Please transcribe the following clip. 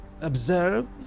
observe